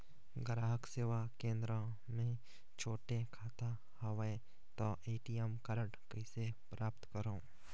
ग्राहक सेवा केंद्र मे छोटे खाता हवय त ए.टी.एम कारड कइसे प्राप्त करव?